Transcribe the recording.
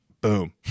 boom